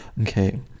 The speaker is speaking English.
okay